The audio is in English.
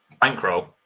bankroll